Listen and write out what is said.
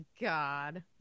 god